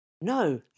No